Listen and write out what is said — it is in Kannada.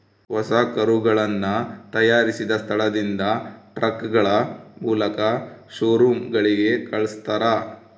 ಹೊಸ ಕರುಗಳನ್ನ ತಯಾರಿಸಿದ ಸ್ಥಳದಿಂದ ಟ್ರಕ್ಗಳ ಮೂಲಕ ಶೋರೂಮ್ ಗಳಿಗೆ ಕಲ್ಸ್ತರ